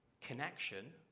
connection